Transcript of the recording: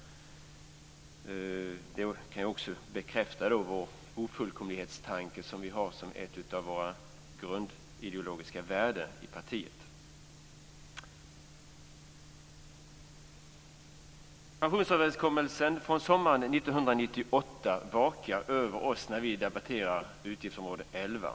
Detta kan bekräfta den ofullkomlighetstanke som vi har som en av de grundläggande ideologiska värderingarna i vårt parti. vakar över oss när vi debatterar utgiftsområde 11.